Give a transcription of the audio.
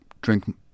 drink